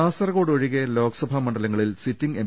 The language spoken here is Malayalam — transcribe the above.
കാസർകോട് ഒഴികെ ലോക്സഭാ മണ്ഡലങ്ങളിൽ സിറ്റിങ് എം